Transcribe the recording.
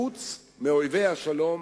חוץ מאויבי השלום